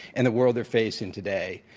and the world they're facing today.